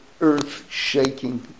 earth-shaking